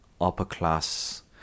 upper-class